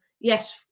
yes